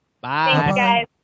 Bye